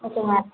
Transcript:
okay madam